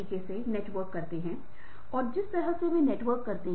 यह घटना क्या बोलती है